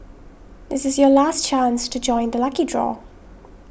this is your last chance to join the lucky draw